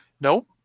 Nope